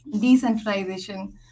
decentralization